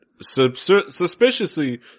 suspiciously